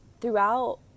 throughout